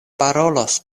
parolos